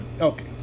Okay